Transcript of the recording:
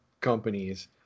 companies